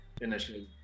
Initially